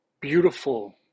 beautiful